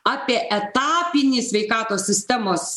apie etapinį sveikatos sistemos